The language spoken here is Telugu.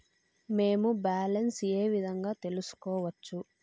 మేము బ్యాలెన్స్ ఏ విధంగా తెలుసుకోవచ్చు?